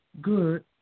good